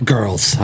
Girls